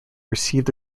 received